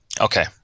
Okay